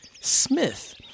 Smith